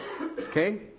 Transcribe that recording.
Okay